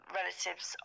relatives